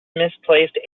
misplaced